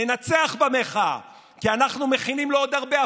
ננצח במחאה, כי אנחנו מכינים לו עוד הרבה הפתעות.